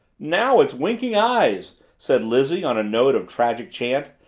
now, it's winking eyes, said lizzie on a note of tragic chant,